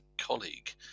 colleague